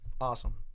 Awesome